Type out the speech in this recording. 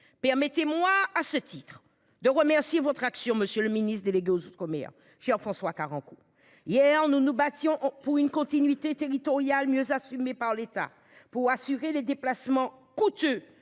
Permettez-moi, à ce titre de merci votre action. Monsieur le ministre délégué aux Outre-mer Jean-François Carenco. Hier, nous nous battions pour une continuité territoriale mieux assumée par l'État pour assurer les déplacements coûteux